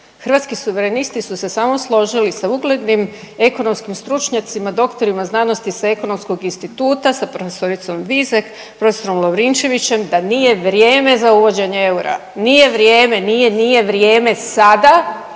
Hrvatski suverenisti su se samo složili sa uglednim ekonomskim stručnjacima, doktorima znanosti sa Ekonomskog instituta, sa prof. Vizek, prof. Lovričevićem da nije vrijeme za uvođenje eura, nije vrijeme, nije, nije vrijeme sada